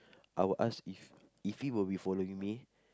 I will ask if if he will be following me